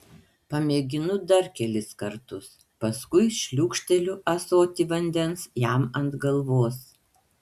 pamėginu dar kelis kartus paskui šliūkšteliu ąsotį vandens jam ant galvos